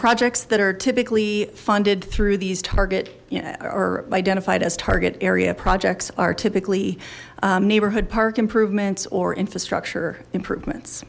projects that are typically funded through these target you know or identified as target area projects are typically neighborhood park improvements or infrastructure improvements